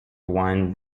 wine